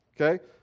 okay